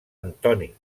antoni